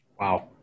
Wow